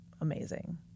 amazing